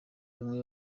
bamwe